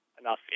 enough